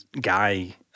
guy